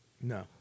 No